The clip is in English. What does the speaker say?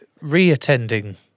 re-attending